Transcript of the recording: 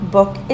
Book